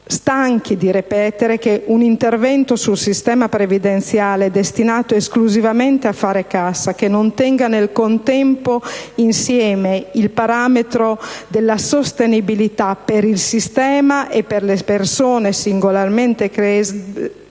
stanchi di ripetere che un intervento sul sistema previdenziale destinato esclusivamente a fare cassa, che non tenga nel contempo insieme il parametro della sostenibilità, per il sistema e per le persone singolarmente prese,